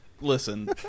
Listen